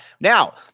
Now